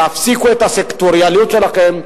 תפסיקו את הסקטוריאליות שלכם.